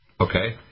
Okay